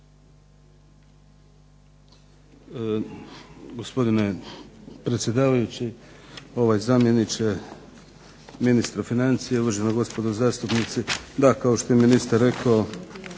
Gospodine predsjedavajući ovaj zamjeniče ministra financija, uvažena gospodo zastupnici. Da, kao što je i ministar rekao